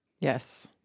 Yes